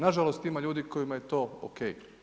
Nažalost ima ljudi kojima je to ok.